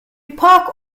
park